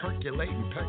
percolating